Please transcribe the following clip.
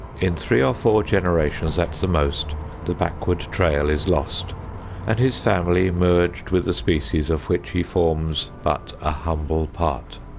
in three or four generations at the most the backward trail is lost and his family merged with the species of which he forms but a humble part.